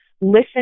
Listen